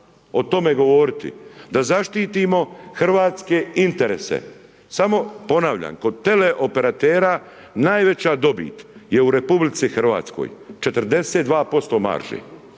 o tome govoriti? Da zaštitimo hrvatske interese, samo, ponavljam, kod tele operatera najveća dobit je u Republici Hrvatskoj, 42% marže